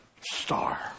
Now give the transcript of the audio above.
star